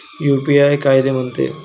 UPI कायले म्हनते?